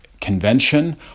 Convention